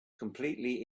completely